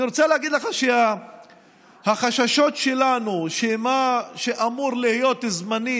אני רוצה להגיד לך שהחששות שלנו הם שמה שאמור להיות זמני